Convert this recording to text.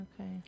Okay